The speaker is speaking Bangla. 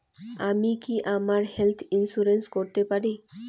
আমি কি আমার হেলথ ইন্সুরেন্স করতে পারি?